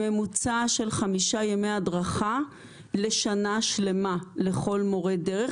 בממוצע חמישה ימי הדרכה לשנה שלמה לכל מורה דרך.